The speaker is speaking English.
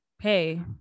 hey